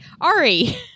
Ari